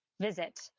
visit